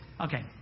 Okay